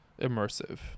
immersive